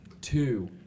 two